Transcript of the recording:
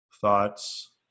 Thoughts